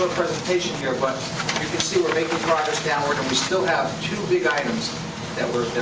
ah presentation here, but you can see we're making progress downward, and we still have two big items that we're